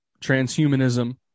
transhumanism